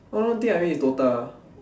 one more thing I read is DOTA